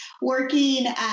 working